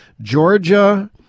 Georgia